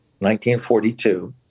1942